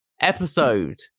episode